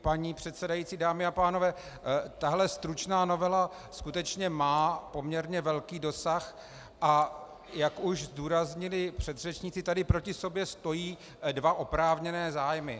Paní předsedající, dámy a pánové, tahle stručná novela skutečně má poměrně velký dosah, a jak už zdůraznili předřečníci, tady proti sobě stojí dva oprávněné zájmy.